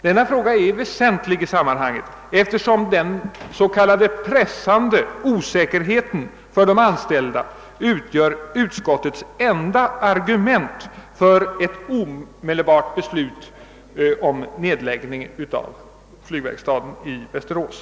Denna fråga är väsentlig i sammanhanget, eftersom den »pressande osäkerheten» för de anställda utgör utskottets enda argument för ett omedelbart beslut om nedläggning av flygverkstaden i Västerås.